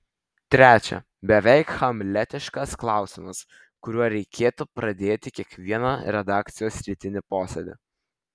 trečia beveik hamletiškas klausimas kuriuo reikėtų pradėti kiekvieną redakcijos rytinį posėdį